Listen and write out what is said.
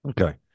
Okay